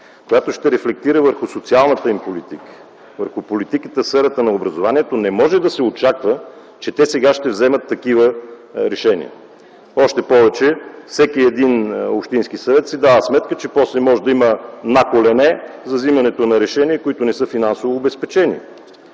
която ще рефлектира върху социалната им политика, върху политиката в сферата на образованието, не може да се очаква, че те сега ще вземат такива решения. Още повече, всеки общински съвет си дава сметка, че после може да има „на колене” за вземане на решения, които не са финансово обезпечени.